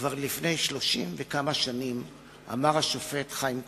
כבר לפני 30 וכמה שנים אמר השופט חיים כהן,